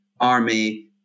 army